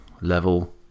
level